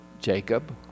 Jacob